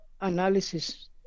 analysis